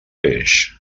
peix